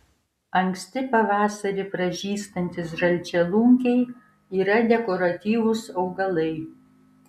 anksti pavasarį pražystantys žalčialunkiai yra dekoratyvūs augalai